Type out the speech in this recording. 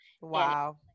Wow